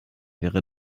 wäre